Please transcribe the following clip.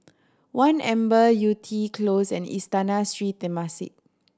One Amber Yew Tee Close and Istana Sri Temasek